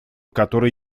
которой